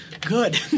Good